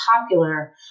popular